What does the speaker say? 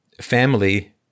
Family